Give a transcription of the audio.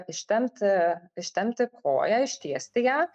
ištempti ištempti koją ištiesti ją